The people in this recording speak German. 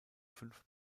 fünf